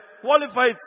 qualified